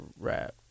rap